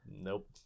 Nope